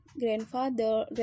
grandfather